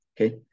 Okay